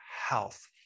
health